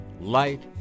Light